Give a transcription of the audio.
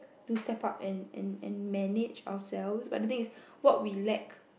to step up and and and manage ourselves but the thing is what we lack